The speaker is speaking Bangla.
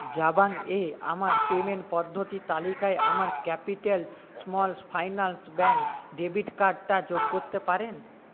জাবাংয়ে আমার পেমেন্ট পদ্ধতি তালিকায় আমার capital smalls finance bank debit কার্ডটা যোগ করতে পারেন